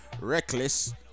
Reckless